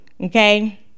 Okay